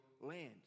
land